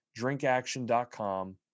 drinkaction.com